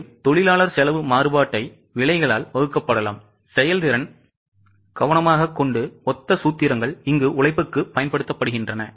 எனவே தொழிலாளர் செலவு மாறுபாட்டை விலைகளால் வகுக்கப் படலாம் செயல்திறன் கவனமாக ஒத்த சூத்திரங்கள் உழைப்புக்கும் பயன்படுத்தப்படுகின்றன